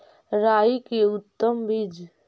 राई के उतम बिज?